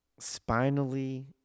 spinally